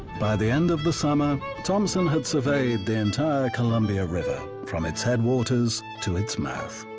by the end of the summer, thompson had surveyed the entire columbia river from its headwaters to its mouth.